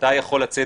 אתה יכול לצאת,